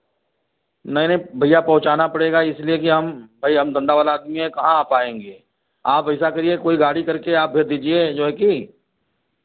नहीं नहीं भैया पहुँचाना पड़ेगा इसलिए कि हम भई हम धंधा वाला आदमी हैं कहाँ आप आएँगे आप ऐसा करिए कोई गाड़ी करके आप भेज दीजिए जो है कि